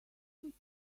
should